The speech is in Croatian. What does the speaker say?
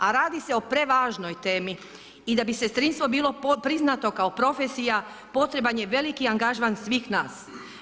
A radi se o prevažnoj temi i da bi sestrinstvo bilo priznato kao profesija, potreban je veliki angažman svih nas.